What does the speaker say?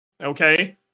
okay